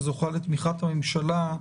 שזוכה לתמיכת הממשלה,